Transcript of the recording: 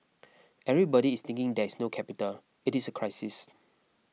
everybody is thinking there is no capital it is a crisis